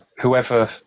whoever